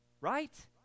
right